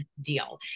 deal